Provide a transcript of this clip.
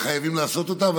לרשותך.